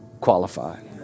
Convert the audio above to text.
qualified